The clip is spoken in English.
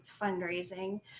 fundraising